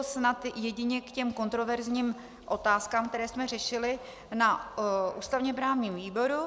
Snad jedině k těm kontroverzním otázkám, které jsme řešili na ústavněprávním výboru.